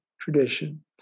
tradition